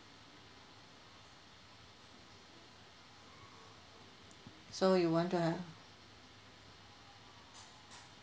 so you want to have